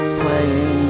playing